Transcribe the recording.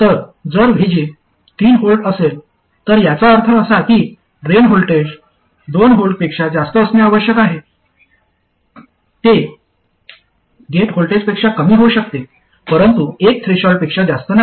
तर जर VG 3V असेल तर याचा अर्थ असा की ड्रेन व्होल्टेज 2V पेक्षा जास्त असणे आवश्यक आहे ते गेट व्होल्टेजपेक्षा कमी होऊ शकते परंतु एक थ्रेशोल्ड पेक्षा जास्त नाही